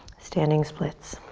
standing splits.